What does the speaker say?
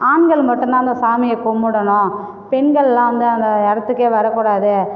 ஆண்கள் மட்டும்தான் அந்த சாமியை கும்பிடணும் பெண்கள்லாம் வந்து அந்த இடத்துக்கே வரக்கூடாது